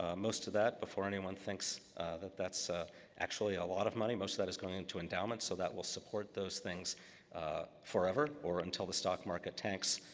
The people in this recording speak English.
ah most of that, before anyone thinks that that's actually a lot of money most of that is going into endowments, so that will support those things forever, or until the stock market tanks,